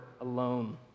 alone